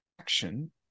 action